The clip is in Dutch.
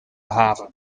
haven